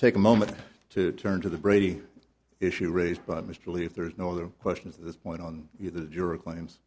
take a moment to turn to the brady issue raised by mr lee if there is no other questions at this point on you the jury claims